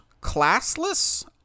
classless